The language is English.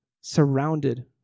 surrounded